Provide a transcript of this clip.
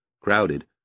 crowded